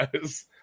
guys